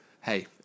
hey